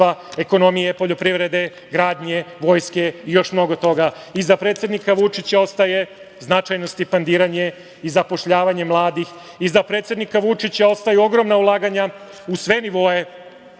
ekonomije, poljoprivrede, gradnje, vojske i još mnogo toga. Iza predsednika Vučića ostaje značajno stipendiranje i zapošljavanje mladih. Iza predsednika Vučića ostaju ogromna ulaganja u sve nivoe